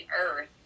Earth